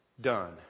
done